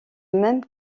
même